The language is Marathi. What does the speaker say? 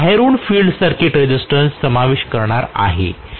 मी बाहेरून फिल्ड सर्किट रेझिस्टन्स समाविष्ट करणार आहे